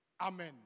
Amen